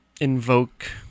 invoke